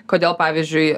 kodėl pavyzdžiui